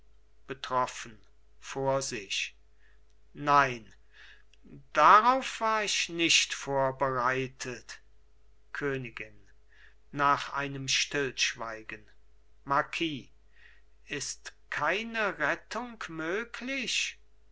betroffen vor sich nein darauf war ich nicht vorbereitet königin nach einem stillschweigen marquis ist keine rettung möglich